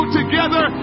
together